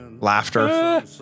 laughter